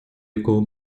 якого